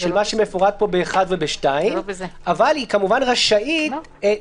בשים לב לרצון לאפשר פעילות תיירותית באזור,